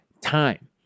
time